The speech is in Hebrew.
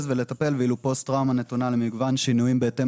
ולטפל ואילו פוסט טראומה נתונה למגוון שינוים בהתאם